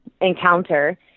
encounter